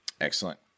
excellent